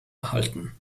erhalten